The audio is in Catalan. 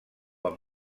amb